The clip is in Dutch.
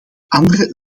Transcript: anderen